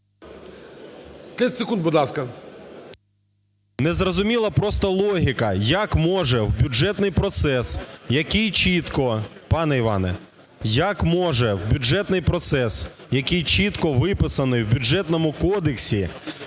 ЛУБІНЕЦЬ Д.В. Незрозуміла просто логіка, як може в бюджетний процес, який чітко… Пане Іване, як може в бюджетний процес, який чітко виписаний в Бюджетному кодексі,